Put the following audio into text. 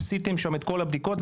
עשיתם שם את כל הבדיקות.